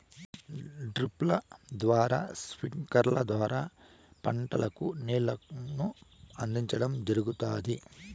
డ్రిప్పుల ద్వారా స్ప్రింక్లర్ల ద్వారా పంటలకు నీళ్ళను అందించడం జరుగుతాది